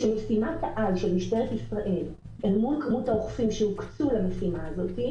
שמשימת העל של משטרת ישראל אל מול כמות האוכפים שהוקצו למשימה הזאת,